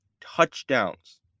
touchdowns